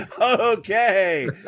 okay